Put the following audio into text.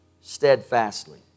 steadfastly